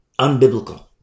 unbiblical